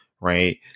right